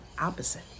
opposite